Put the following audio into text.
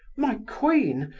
my queen,